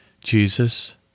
Jesus